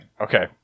Okay